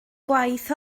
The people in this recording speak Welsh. gwaith